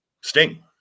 Sting